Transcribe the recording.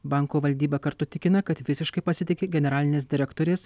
banko valdyba kartu tikina kad visiškai pasitiki generalinės direktorės